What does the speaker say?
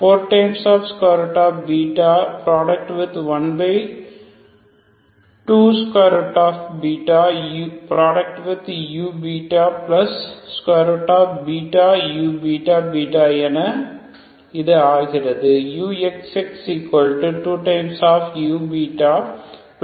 412uuββஎன இது ஆகிறது uxx2u4βuββ